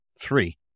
three